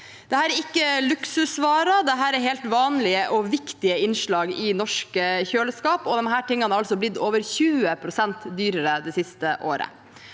Dette er ikke luksusvarer, det er helt vanlige og viktige innslag i norske kjøleskap, og disse tingene har altså blitt over 20 pst. dyrere det siste året.